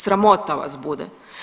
Sramota vas bude.